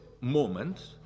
moment